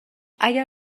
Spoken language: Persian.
اگر